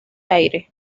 aire